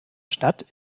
stadt